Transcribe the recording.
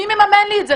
מי מממן לי את זה?